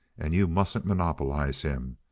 and you mustn't monopolize him.